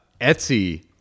Etsy